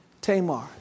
Tamar